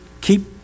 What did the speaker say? keep